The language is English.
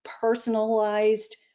personalized